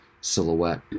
silhouette